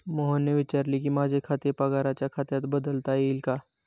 मोहनने विचारले की, माझे खाते पगाराच्या खात्यात बदलता येईल का